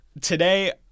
today